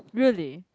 really